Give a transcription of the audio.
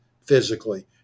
physically